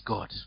God